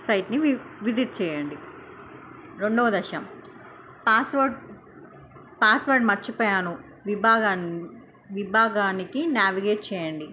సైట్ని వి విజిట్ చేయండి రెండవ దశ పాస్వర్డ్ పాస్వర్డ్ మర్చిపోయాను విభాగాన్ని విభాగానికి నావిగేట్ చేయండి